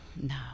no